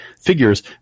figures